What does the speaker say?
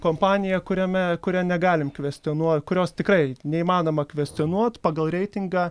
kompanija kuriame kuria negalim kvescionuo kurios tikrai neįmanoma kvescionuot pagal reitingą